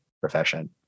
profession